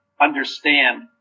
understand